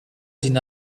deny